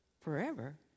Forever